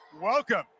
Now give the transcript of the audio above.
welcome